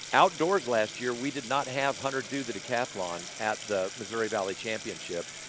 outdoors last year we did not have hunter do the decathlon at the missouri valley championship,